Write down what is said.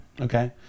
Okay